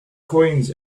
coins